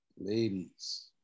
Ladies